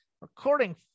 recording